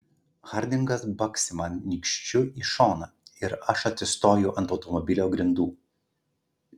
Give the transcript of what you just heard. hardingas baksi man nykščiu į šoną ir aš atsistoju ant automobilio grindų